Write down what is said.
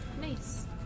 Nice